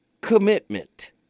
commitment